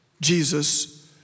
Jesus